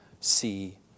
see